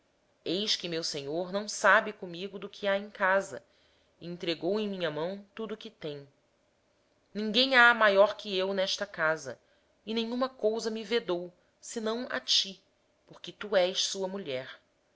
eis que o meu senhor não sabe o que está comigo na sua casa e entregou em minha mão tudo o que tem ele não é maior do que eu nesta casa e nenhuma coisa me vedou senão a ti porquanto és sua mulher